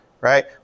Right